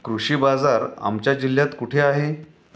कृषी बाजार आमच्या जिल्ह्यात कुठे आहे?